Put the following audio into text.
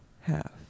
half